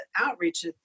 outreach